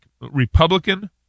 Republican